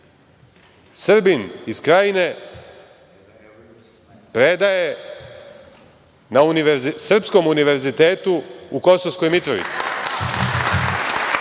Srbin iz Krajine, predaje na srpskom univerzitetu u Kosovskoj Mitrovici. Imate